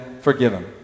forgiven